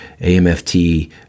AMFT